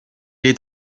est